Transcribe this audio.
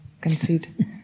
concede